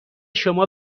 شما